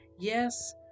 Yes